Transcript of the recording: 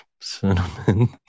cinnamon